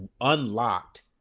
unlocked